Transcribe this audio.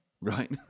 Right